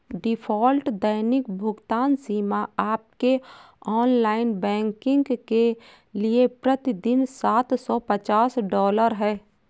default दैनिक भुगतान सीमा आपके ऑनलाइन बैंकिंग के लिए प्रति दिन सात सौ पचास डॉलर है